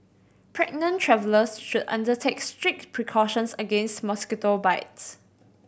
pregnant travellers should undertake strict precautions against mosquito bites